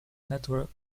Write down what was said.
network